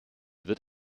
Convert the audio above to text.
wird